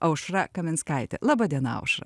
aušra kaminskaitė laba diena aušra